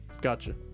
Gotcha